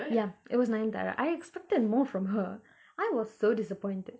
ya it was nayanthara I expected more from her I was so disappointed